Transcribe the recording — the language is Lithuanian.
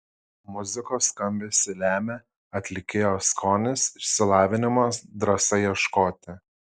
muzikos skambesį lemia atlikėjo skonis išsilavinimas drąsa ieškoti